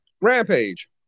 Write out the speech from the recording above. Rampage